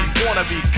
wanna-be